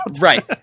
Right